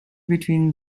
between